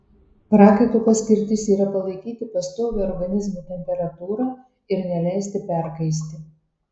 prakaito paskirtis yra palaikyti pastovią organizmo temperatūrą ir neleisti perkaisti